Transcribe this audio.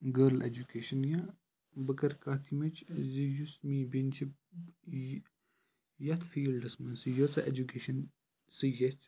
girl education یا بہٕ کَرٕ کَتھ یِمچ زِ یُس میٛٲنۍ بیٚنہِ چھِ یَتھ فیٖلڈَس منٛز یۄس اٮ۪جُکیشَن سٕے یَژھِ